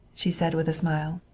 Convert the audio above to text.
she said with smile.